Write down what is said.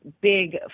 big